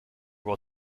will